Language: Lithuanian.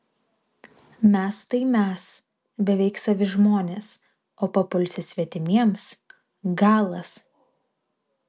mes tai mes beveik savi žmonės o papulsi svetimiems galas